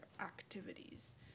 activities